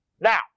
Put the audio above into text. Now